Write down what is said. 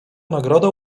nagroda